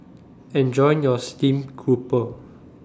Enjoy your Stream Grouper